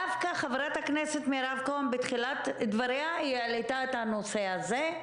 דווקא חברת הכנסת מירב כהן בתחילת דבריה העלתה את הנושא הזה,